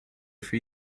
for